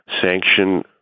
sanction